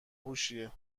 هوشیه